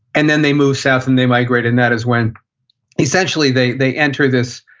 and then they move south and they migrate. and that is when essentially, they they enter this,